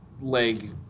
leg